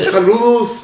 Saludos